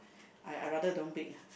I I rather don't bake lah